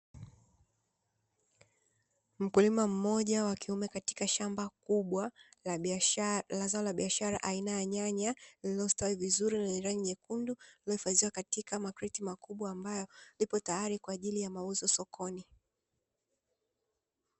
Mkulima mmoja WA kiume katika shamba kubwa la zao la biashara aina ya nyanya lililostawi vizuri lenye rangi nyekundu, linalohifadhiwa makreti makubwa ambayo ipo tayari kwa ajili ya mauzo sokoni.